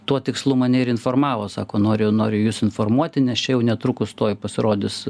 tuo tikslu mane ir informavo sako noriu noriu jus informuoti nes čia jau netrukus tuoj pasirodys